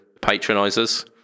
patronisers